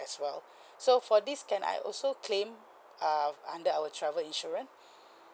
as well so for this can I also claim uh under our travel insurance